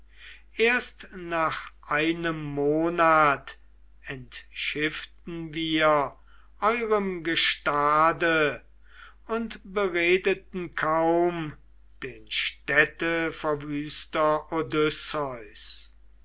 erst nach einem monat entschifften wir eurem gestade und beredeten kaum den städteverwüster